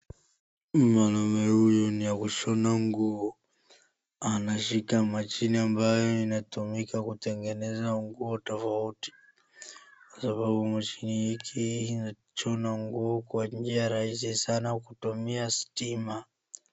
Mwanaume huyu ni ya kushona nguo, anashika mashine ambaye inatumika kutengeneza nguo tofauti, sababu mashine hiki inashona nguo kwa njia rahisi sana kutumia stima.